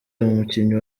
umukinnyi